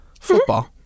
football